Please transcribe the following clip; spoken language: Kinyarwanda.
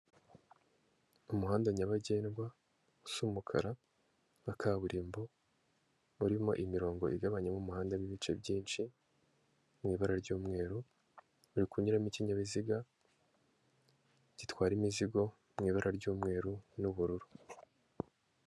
Umuhanda nyabagendwa usa umukara wa kaburimbo, urimo imirongo igabanyamo umuhanda mo ibice byinshi mu ibara ry'umweru, urikunyuramo ikinkinyabiziga gitwara imizigo mu ibara ry'umweru n'ubururu.